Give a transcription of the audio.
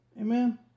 amen